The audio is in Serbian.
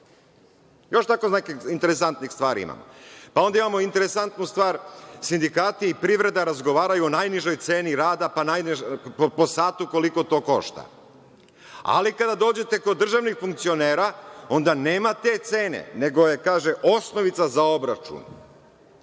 Još tako nekih interesantnih stvari ima. Onda imamo interesantnu stvar, sindikati i privreda razgovaraju o najnižoj ceni rada po satu koliko to košta, ali kada dođete kod državnih funkcionera, onda nema te cene, nego je kaže osnovica za obračun,